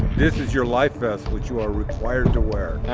this is your life vest which you are required to wear.